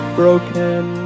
broken